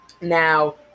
Now